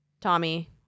tommy